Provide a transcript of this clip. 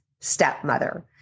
stepmother